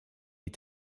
les